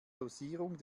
dosierung